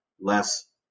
less